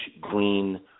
green